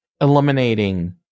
eliminating